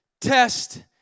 test